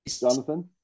Jonathan